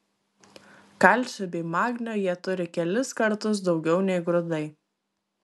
kalcio bei magnio jie turi kelis kartus daugiau nei grūdai